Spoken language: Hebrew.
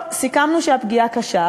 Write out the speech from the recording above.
סיכמנו שהפגיעה קשה.